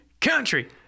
country